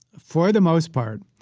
for the most part,